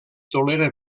tolera